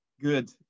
Good